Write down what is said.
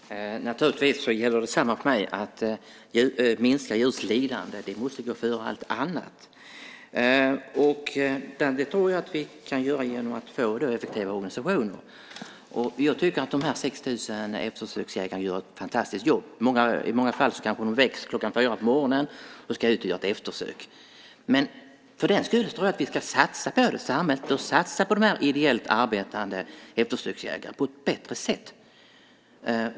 Fru talman! Naturligtvis gäller detsamma för mig, att minska djurs lidande måste gå före allt annat. Det tror jag att vi kan göra genom att få en effektivare organisation. Jag tycker att de 6 000 eftersöksjägarna gör ett fantastiskt jobb. I många fall kanske de väcks klockan fyra på morgonen och ska ut och göra ett eftersök. Men jag tror att samhället bör satsa på de ideellt arbetande eftersöksjägarna på ett bättre sätt.